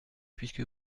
puisque